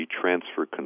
Transfer